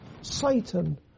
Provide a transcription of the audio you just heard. Satan